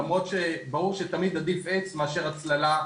למרות שברור שתמיד עדיף עץ מאשר הצללה בנויה,